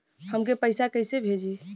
हमके पैसा कइसे भेजी?